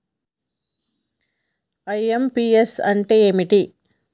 IMPS అంటే ఏంటిది?